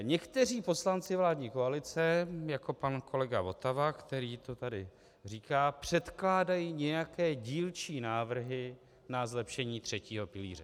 Někteří poslanci vládní koalice, jako pan kolega Votava, který to tady říká, předkládají nějaké dílčí návrhy na zlepšení třetího pilíře.